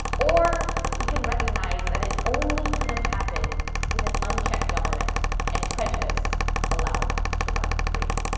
or we can recognize that it only could've happened with an unchecked government and prejudice allowed to run free.